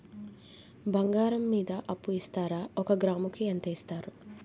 బంగారం మీద అప్పు ఇస్తారా? ఒక గ్రాము కి ఎంత ఇస్తారు?